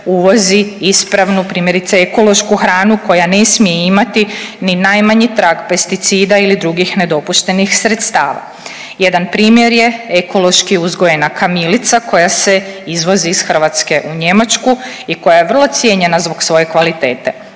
uvozi ispravnu primjerice ekološku hranu koja ne smije imati ni najmanji trag pesticida ili drugih nedopuštenih sredstava. Jedan primjer je ekološki uzgojena kamilica koja se izvozi iz Hrvatske u Njemačku i koja je vrlo cijenjena zbog svoje kvalitete,